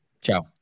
Ciao